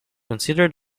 consider